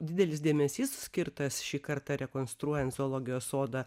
didelis dėmesys skirtas šį kartą rekonstruojant zoologijos sodą